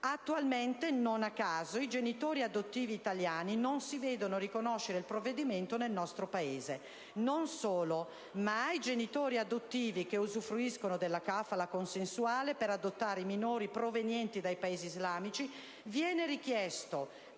Attualmente, non a caso, i genitori adottivi italiani non si vedono riconoscere il provvedimento nel nostro Paese. Non solo, ma ai genitori adottivi che usufruiscono della *kafala* consensuale per adottare minori provenienti dai Paesi islamici viene richiesto